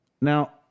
Now